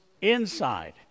inside